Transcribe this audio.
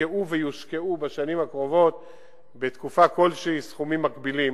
הושקעו ויושקעו בתקופה כלשהי בשנים הקרובות סכומים מקבילים.